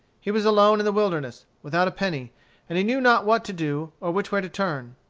he was alone in the wilderness, without a penny and he knew not what to do, or which way to turn.